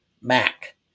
Mac